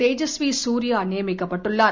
தேஜஸ்வி சூர்யா நியமிக்கப்பட்டுள்ளார்